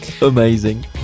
amazing